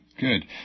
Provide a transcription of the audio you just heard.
Good